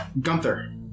Gunther